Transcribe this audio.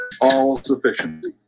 all-sufficiency